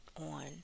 on